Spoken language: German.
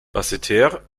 basseterre